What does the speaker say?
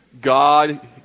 God